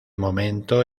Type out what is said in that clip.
momento